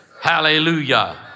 Hallelujah